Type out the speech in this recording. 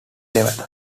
level